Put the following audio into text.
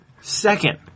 Second